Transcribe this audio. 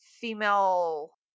female –